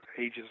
ages